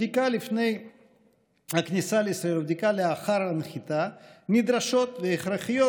בדיקה לפני הכניסה לישראל ובדיקה לאחר הנחיתה נדרשות והכרחיות